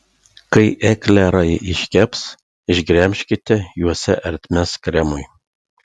kai eklerai iškeps išgremžkite juose ertmes kremui